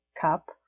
cup